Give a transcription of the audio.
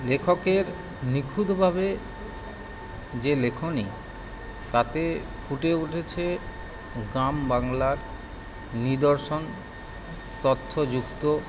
লেখকের নিখুঁতভাবে যে লেখনী তাতে ফুটে উঠেছে গ্রাম বাংলার নিদর্শন তথ্যযুক্ত